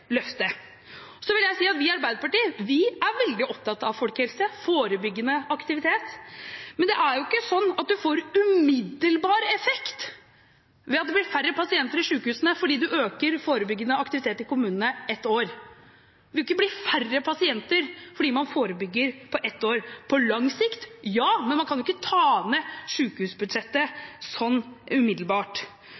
Så vil jeg si at vi i Arbeiderpartiet er veldig opptatt av folkehelse, forebyggende aktivitet, men det er ikke slik at man får umiddelbar effekt ved at det blir færre pasienter i sykehusene fordi man øker forebyggende aktivitet i kommunene ett år. Det vil ikke bli færre pasienter fordi man forebygger i ett år – på lang sikt, ja, men man kan ikke ta ned